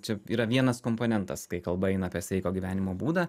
čia yra vienas komponentas kai kalba eina apie sveiko gyvenimo būdą